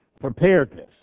preparedness